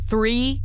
Three